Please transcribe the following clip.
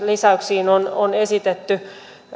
lisäyksiin on on esitetty